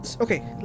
Okay